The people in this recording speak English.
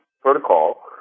protocol